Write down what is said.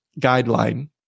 guideline